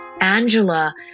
Angela